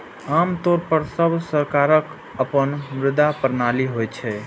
आम तौर पर सब सरकारक अपन मुद्रा प्रणाली होइ छै